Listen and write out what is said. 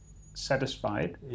satisfied